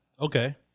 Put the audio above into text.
Okay